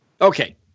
Okay